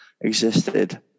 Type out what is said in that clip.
existed